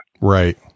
Right